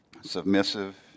submissive